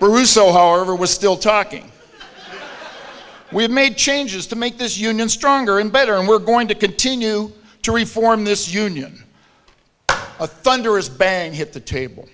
but russo however was still talking we've made changes to make this union stronger and better and we're going to continue to reform this union a thunderous bang hit the table